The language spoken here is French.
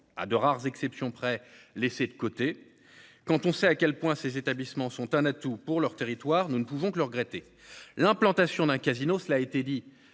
à de rares exceptions près, laissés de côté quand on sait à quel point ces établissements sont un atout pour leur territoire. Nous ne pouvons que le regretter l'implantation d'un casino. Cela a été dit.